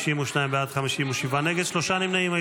52 בעד, 57 נגד, שלושה נמנעים.